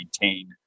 maintain